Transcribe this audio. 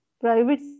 private